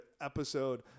episode